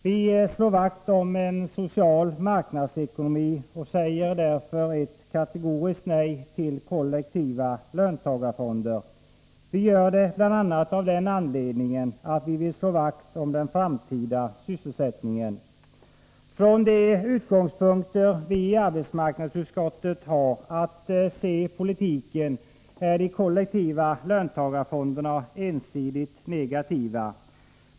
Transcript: Vi slår vakt om en social marknadsekonomi och säger därför ett kategoriskt nej till kollektiva löntagarfonder. Vi gör det bl.a. av den anledningen att vi vill slå vakt om den framtida sysselsättningen. Från de utgångspunkter vi i arbetsmarknadsutskottet har att se politiken är de kollektiva löntagarfonderna ensidigt negativa.